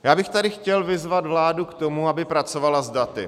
Já bych tady chtěl vyzvat vládu k tomu, aby pracovala s daty.